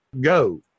go